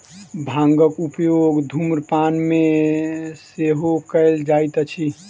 भांगक उपयोग धुम्रपान मे सेहो कयल जाइत अछि